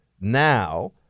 now